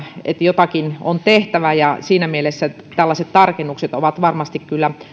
jotakin on tehtävä siinä mielessä tällaiset tarkennukset ovat varmasti kyllä